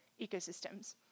ecosystems